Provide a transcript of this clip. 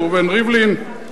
ראובן ריבלין,